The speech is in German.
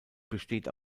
besteht